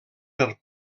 per